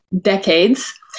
decades